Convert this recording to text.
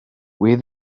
where